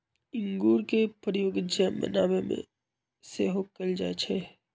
इंगूर के प्रयोग जैम बनाबे में सेहो कएल जाइ छइ